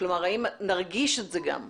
כלומר האם נרגיש את זה גם באוויר?